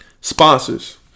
Sponsors